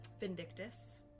Vindictus